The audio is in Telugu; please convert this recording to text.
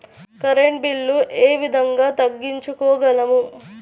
కరెంట్ బిల్లు ఏ విధంగా తగ్గించుకోగలము?